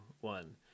one